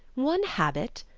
one habit,